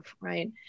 right